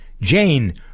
Jane